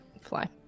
fly